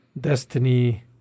destiny